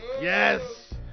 Yes